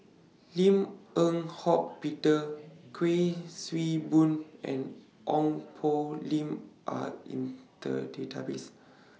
Lim Eng Hock Peter Kuik Swee Boon and Ong Poh Lim Are in The Database